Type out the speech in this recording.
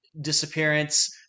disappearance